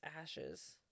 ashes